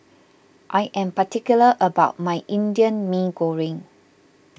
I am particular about my Indian Mee Goreng